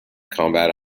combat